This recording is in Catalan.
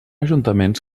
ajuntaments